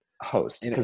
host